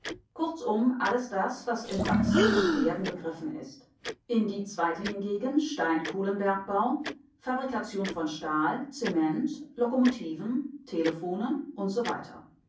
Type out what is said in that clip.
kurzum alles das was im wachsen und werden begriffen ist in die zweite hingegen steinkohlenbergbau fabrikation von stahl zement lokomotiven telephonen usw